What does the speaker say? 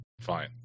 fine